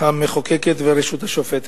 המחוקקת והרשות השופטת.